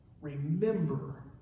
remember